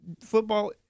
football